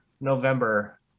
November